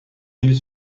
îles